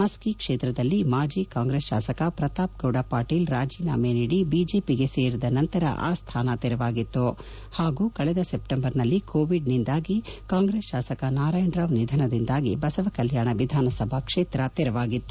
ಮಸ್ಕಿ ಕ್ಷೇತ್ರದಲ್ಲಿ ಮಾಜಿ ಕಾಂಗ್ರೆಸ್ ಶಾಸಕ ಪ್ರತಾಪ್ ಗೌಡ ಪಾಟೀಲ್ ರಾಜೀನಾಮೆ ನೀದಿ ಬಿಜೆಪಿಗೆ ಸೇರಿದ ನಂತರ ಆ ಸ್ವಾನ ತೆರವಾಗಿತ್ತು ಹಾಗೂ ಕಳೆದ ಸೆಪ್ಟೆಂಬರ್ನಲ್ಲಿ ಕೋವಿಡ್ ನಿಂದಾಗಿ ಕಾಂಗ್ರೆಸ್ ಶಾಸಕ ನಾರಾಯಣರಾವ್ ನಿಧನದಿಂದಾಗಿ ಬಸವಕಲ್ಯಾಣ ವಿಧಾನಸಭಾ ಕ್ಷೇತ್ರ ತೆರವಾಗಿತ್ತು